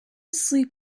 sleep